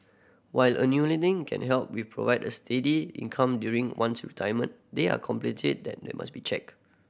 while can help with provid a steady income during one's retirement there are that must be checked